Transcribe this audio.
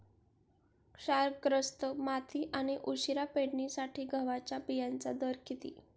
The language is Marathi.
क्षारग्रस्त माती आणि उशिरा पेरणीसाठी गव्हाच्या बियाण्यांचा दर किती?